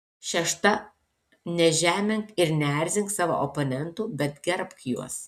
šešta nežemink ir neerzink savo oponentų bet gerbk juos